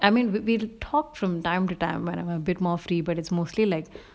I mean we we to talk from time to time when I'm a bit more free but it's mostly like